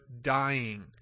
dying